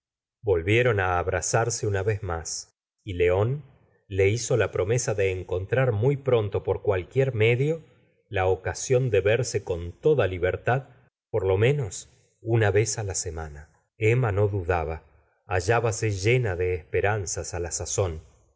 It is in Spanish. volvieron á abrazarse una vez más y león le hizo la promesa de encontrar muy pronto por cualquier medio la ocasión de verse con toda libertad por lo menos una vez á la semana la simora de bovary emma no dudaba hallábase llena de esperanzas á la sazón